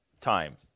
time